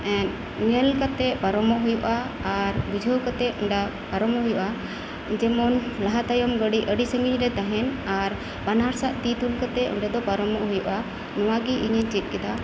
ᱧᱮᱞ ᱠᱟᱛᱮᱫ ᱯᱟᱨᱚᱢᱚᱜ ᱦᱩᱭᱩᱜᱼᱟ ᱟᱨ ᱵᱩᱡᱷᱟᱹᱣ ᱠᱟᱛᱮᱫ ᱚᱱᱠᱟ ᱯᱟᱨᱚᱢᱚᱜ ᱦᱩᱭᱩᱜᱼᱟ ᱡᱮᱢᱚᱱ ᱞᱟᱦᱟ ᱛᱟᱭᱚᱢ ᱜᱟᱹᱰᱤ ᱟᱹᱰᱤ ᱥᱟᱺᱜᱤᱧ ᱨᱮ ᱛᱟᱦᱮᱸᱱ ᱟᱨ ᱵᱟᱱᱟᱨᱥᱮᱫ ᱛᱤ ᱛᱩᱞ ᱠᱟᱛᱮᱫ ᱚᱸᱰᱮᱫᱚ ᱯᱟᱨᱚᱢᱚᱜ ᱦᱩᱭᱩᱜᱼᱟ ᱱᱚᱣᱟᱜᱮ ᱤᱧᱤᱧ ᱪᱮᱫ ᱠᱮᱫᱟ